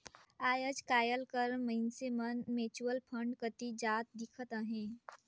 आएज काएल कर मइनसे मन म्युचुअल फंड कती जात दिखत अहें